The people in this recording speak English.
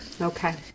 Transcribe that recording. Okay